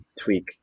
tweak